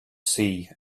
see